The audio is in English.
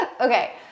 okay